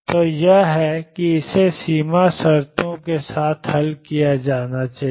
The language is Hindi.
तो यह है और इसे सीमा शर्तों के साथ हल किया जाना है